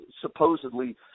supposedly